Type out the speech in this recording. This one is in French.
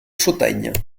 chautagne